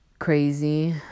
crazy